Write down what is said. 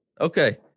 Okay